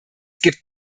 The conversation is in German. gibt